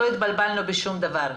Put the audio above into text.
לא התבלבלנו בשום דבר.